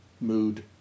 mood